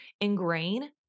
ingrain